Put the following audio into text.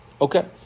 Okay